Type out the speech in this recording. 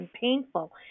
painful